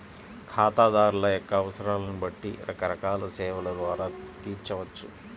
ఖాతాదారుల యొక్క అవసరాలను బట్టి రకరకాల సేవల ద్వారా తీర్చవచ్చు